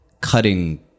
cutting